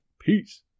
Peace